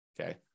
okay